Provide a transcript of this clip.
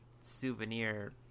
souvenir